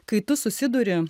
kai tu susiduri